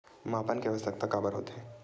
मापन के आवश्कता काबर होथे?